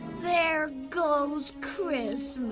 there goes christmas.